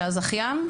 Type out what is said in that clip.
שהזכיין,